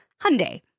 Hyundai